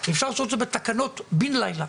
אפשר לעשות את זה בתקנות בין לילה.